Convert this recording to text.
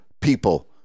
people